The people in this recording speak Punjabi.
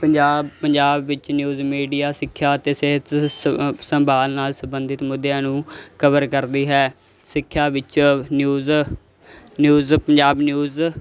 ਪੰਜਾਬ ਪੰਜਾਬ ਵਿੱਚ ਨਿਊਜ਼ ਮੀਡੀਆ ਸਿੱਖਿਆ ਅਤੇ ਸਿਹਤ ਸ ਸੰਭਾਲ ਨਾਲ ਸੰਬੰਧਿਤ ਮੁੱਦਿਆਂ ਨੂੰ ਕਵਰ ਕਰਦੀ ਹੈ ਸਿੱਖਿਆ ਵਿੱਚ ਨਿਊਜ਼ ਨਿਊਜ਼ ਪੰਜਾਬ ਨਿਊਜ਼